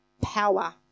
power